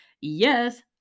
Yes